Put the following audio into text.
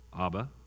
Abba